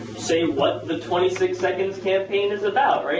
say what the twenty six second campaign is about,